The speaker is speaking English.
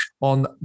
on